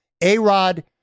A-Rod